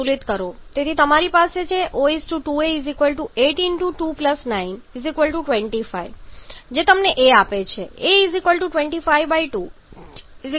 તેથી તમારી પાસે છે O 2a 8 × 2 9 16 9 25 જે તમને a આપે છે a 252 12